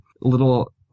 little